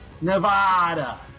Nevada